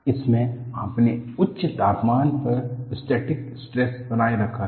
इसमें आपने उच्च तापमान पर स्टैटिक स्ट्रेस बनाए रखा है